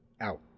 out